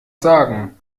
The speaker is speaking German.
sagen